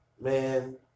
Man